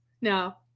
No